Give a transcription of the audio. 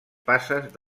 passes